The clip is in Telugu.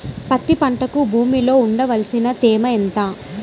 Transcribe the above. పత్తి పంటకు భూమిలో ఉండవలసిన తేమ ఎంత?